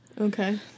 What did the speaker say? Okay